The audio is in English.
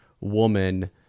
woman